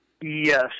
yes